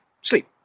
sleep